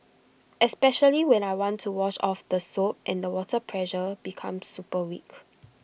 especially when I want to wash off the soap and the water pressure becomes super weak